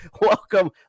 Welcome